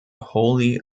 wholly